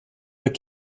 der